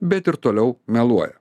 bet ir toliau meluoja